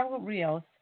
Rios